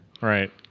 Right